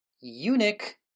eunuch